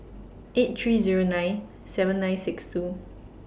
eight three Zero nine seven nine six two